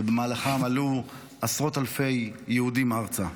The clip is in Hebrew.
במהלכה עלו עשרות אלפי יהודים ארצה.